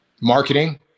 marketing